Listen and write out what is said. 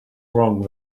wrong